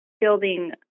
building